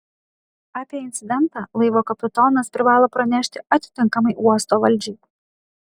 apie incidentą laivo kapitonas privalo pranešti atitinkamai uosto valdžiai